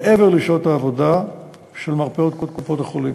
מעבר לשעות העבודה של מרפאות קופות-החולים.